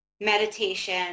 meditation